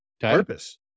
Purpose